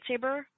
lightsaber